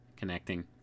connecting